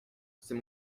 c’est